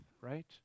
Right